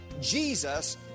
Jesus